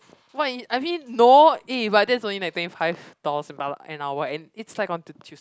what if I mean no eh but that's only like twenty five dollars per hour an hour and it's like on the Tues